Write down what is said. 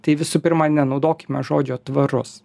tai visų pirma nenaudokime žodžio tvarus